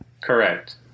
Correct